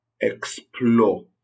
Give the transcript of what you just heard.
explore